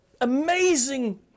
amazing